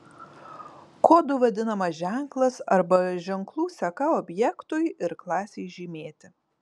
kodu vadinamas ženklas arba ženklų seka objektui ir klasei žymėti